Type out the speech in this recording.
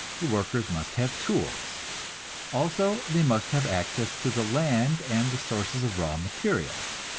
the workers must have tools also they must have access to the land and the sources of raw materials.